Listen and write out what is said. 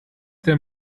der